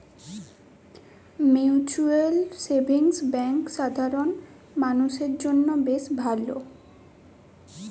mutual savings bank সাধারণ মানুষদের জন্য বেশ ভালো